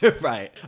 right